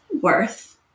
worth